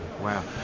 Wow